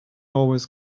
always